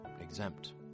exempt